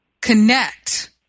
connect